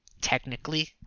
technically